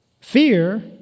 Fear